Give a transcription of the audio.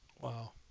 Wow